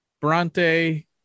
Bronte